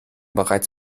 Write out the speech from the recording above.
bereits